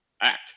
act